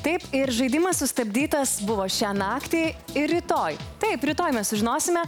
taip ir žaidimas sustabdytas buvo šią naktį ir rytoj taip rytoj mes sužinosime